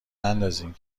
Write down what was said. نندازین